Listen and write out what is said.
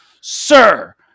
sir